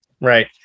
Right